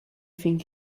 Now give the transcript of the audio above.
think